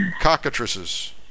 cockatrices